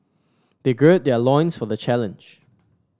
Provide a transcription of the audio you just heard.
they gird their loins for the challenge